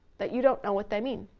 that you don't know what they mean.